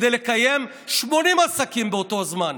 כדי לקיים 80 עסקים באותו זמן?